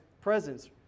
presence